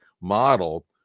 model